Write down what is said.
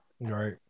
Right